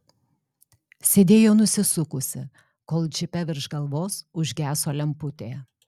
sėdėjo nusisukusi kol džipe virš galvos užgeso lemputė